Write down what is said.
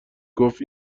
گفت